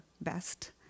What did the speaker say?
best